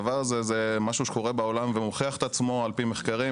הדבר הזה הוא משהו שקורה בעולם ומוכיח את עצמו על פי מחקרים.